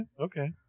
okay